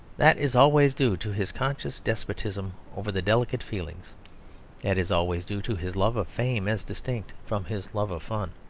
that is always due to his conscious despotism over the delicate feelings that is always due to his love of fame as distinct from his love of fun.